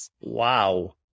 Wow